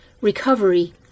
recovery